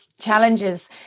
challenges